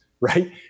right